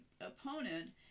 opponent